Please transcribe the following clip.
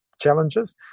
challenges